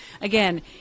again